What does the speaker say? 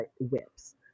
whips